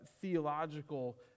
theological